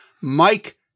Mike